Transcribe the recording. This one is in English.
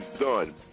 done